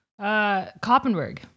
Koppenberg